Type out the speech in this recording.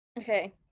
Okay